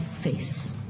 face